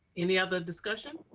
any other discussion?